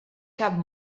cap